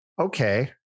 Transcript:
Okay